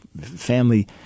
family